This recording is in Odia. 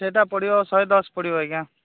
ସେଇଟା ପଡ଼ିବ ଶହେ ଦଶ ପଡ଼ିବ ଆଜ୍ଞା